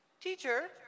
Teacher